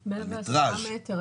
על מטראז'.